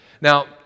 Now